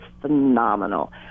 phenomenal